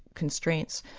constraints.